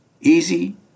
Easy